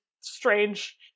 strange